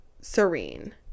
Serene